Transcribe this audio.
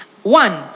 One